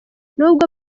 nubwo